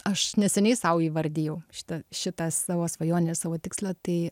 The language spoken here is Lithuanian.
aš neseniai sau įvardijau šitą šitą savo svajonę savo tikslą tai